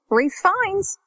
refines